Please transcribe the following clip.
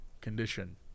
condition